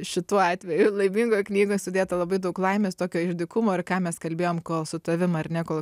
šituo atveju laimingoj knygoj sudėta labai daug laimės tokio išdykumo ir ką mes kalbėjom kol su tavim ar ne kol